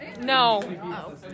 No